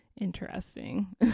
interesting